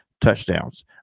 Touchdowns